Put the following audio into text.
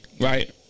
right